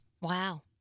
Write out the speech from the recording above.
Wow